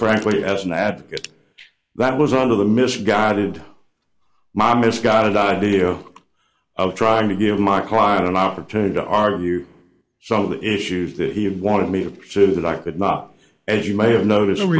frankly as an advocate that was under the misguided my misguided idea of trying to give my client an opportunity to argue some of the issues that he wanted me to pursue that i could not as you may have noticed